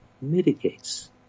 mitigates